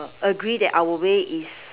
agree that our way is